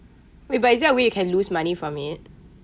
wait but is there a way you can lose money from it